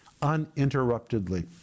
uninterruptedly